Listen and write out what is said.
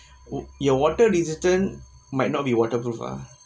your water resistant might not be waterproof ah